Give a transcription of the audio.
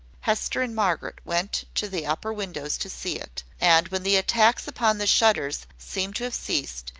hester and margaret went to the upper windows to see it and when the attacks upon the shutters seemed to have ceased,